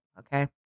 Okay